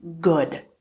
good